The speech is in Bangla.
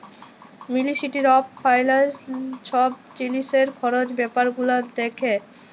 মিলিসটিরি অফ ফাইলালস ছব জিলিসের খরচ ব্যাপার গুলান দ্যাখে